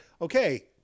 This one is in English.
okay